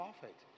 perfect